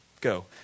Go